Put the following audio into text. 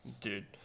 Dude